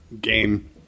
game